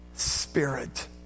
spirit